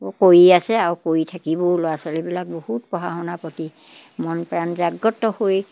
কৰি আছে আৰু কৰি থাকিবও ল'ৰা ছোৱালীবিলাক বহুত পঢ়া শুনাৰ প্ৰতি মন প্ৰাণ জাগত হৈ